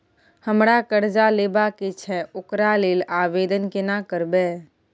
हमरा कर्जा लेबा के छै ओकरा लेल आवेदन केना करबै?